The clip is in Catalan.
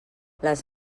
les